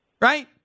right